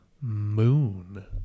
Moon